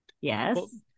Yes